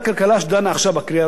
שדנה עכשיו בקריאה הראשונה,